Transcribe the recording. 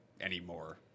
anymore